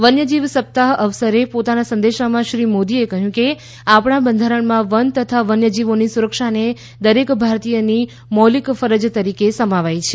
વન્ય જીવ સપ્તાહ અવસરે પોતાના સંદેશમાં શ્રી મોદીએ કહ્યું કે આપણા બંધારણમાં વન તથા વન્ય જીવોની સુરક્ષાને દરેક ભારતીયની મૌલિક ફરજ તરીકે સમાવાઈ છે